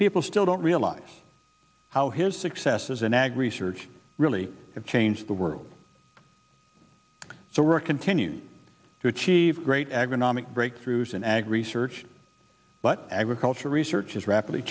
people still don't realize how his success as an ag research really have changed the world so we're continue to achieve great agra nomic breakthroughs in ag research but agricultural research is rapidly